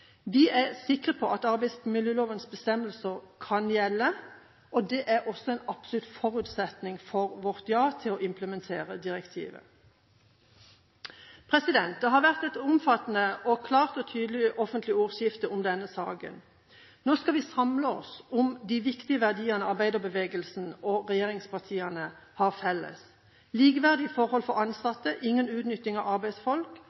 Vi er sikre på at arbeidsmiljølovens bestemmelser kan gjelde, og det er også en absolutt forutsetning for vårt ja til å implementere direktivet. Det har vært et omfattende og klart og tydelig offentlig ordskifte om denne saken. Nå skal vi samle oss om de viktige verdiene som arbeiderbevegelsen og regjeringspartiene har felles: Likeverdige forhold for ansatte, ingen utnytting av arbeidsfolk,